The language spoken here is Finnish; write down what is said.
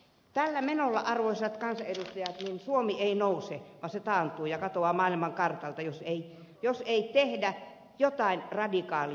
tällä menolla arvoisat kansanedustajat suomi ei nouse vaan se taantuu ja katoaa maailmankartalta jos ei tehdä jotain radikaalia